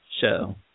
show